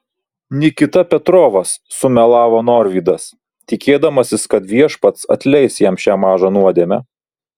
nikita petrovas sumelavo norvydas tikėdamasis kad viešpats atleis jam šią mažą nuodėmę